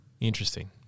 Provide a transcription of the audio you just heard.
Interesting